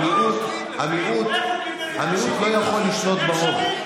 המיעוט לא יכול לשלוט ברוב.